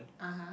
(uh huh)